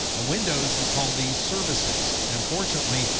in windows, we call these services. and fortunately,